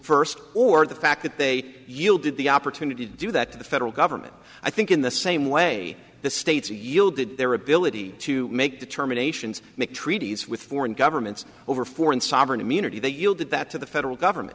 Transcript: first or the fact that they yielded the opportunity to do that to the federal government i think in the same way the states a yielded their ability to make determinations make treaties with foreign governments over foreign sovereign immunity they yielded that to the federal government